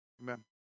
Amen